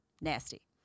Nasty